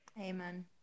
amen